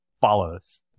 follows